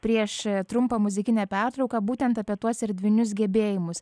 prieš trumpą muzikinę pertrauką būtent apie tuos erdvinius gebėjimus